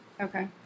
Okay